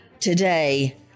Today